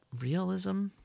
Realism